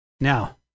Now